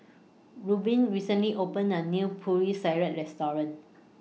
Reuben recently opened A New Putri Salad Restaurant